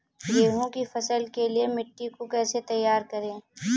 गेहूँ की फसल के लिए मिट्टी को कैसे तैयार करें?